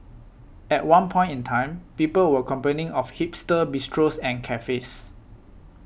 at one point in time people were complaining of hipster bistros and cafes